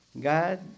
God